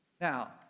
now